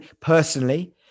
personally